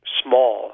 small